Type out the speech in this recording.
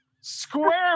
square